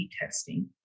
testing